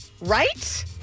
Right